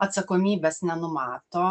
atsakomybės nenumato